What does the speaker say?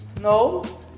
No